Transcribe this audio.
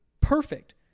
Perfect